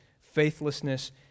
faithlessness